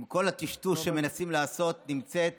עם כל הטשטוש שמנסים לעשות, נמצאת